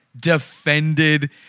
defended